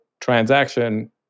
transaction